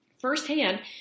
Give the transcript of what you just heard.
firsthand